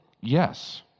Yes